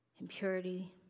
Impurity